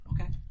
Okay